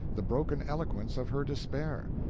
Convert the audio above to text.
the broken eloquence of her despair.